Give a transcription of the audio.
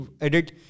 edit